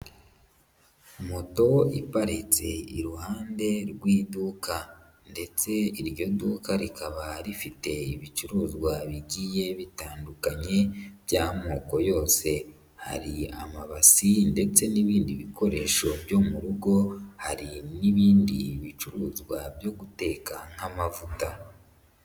Moto iparitse iruhande rw'iduka ndetse iryo duka rikaba rifite ibicuruzwa bigiye bitandukanye by'amoko yose, hari amabasi ndetse n'ibindi bikoresho byo mu rugo, hari n'ibindi bicuruzwa byo guteka nk'amavuta.